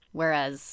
whereas